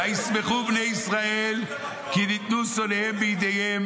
"וישמחו בני ישראל כי ניתנו שונאיהם בידיהם,